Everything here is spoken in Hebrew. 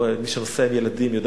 מי שנוסע עם ילדים,